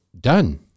done